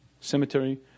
cemetery